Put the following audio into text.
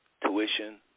tuition